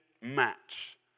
match